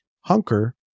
hunker